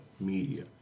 media